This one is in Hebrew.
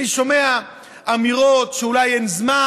אני שומע אמירות שאולי אין זמן.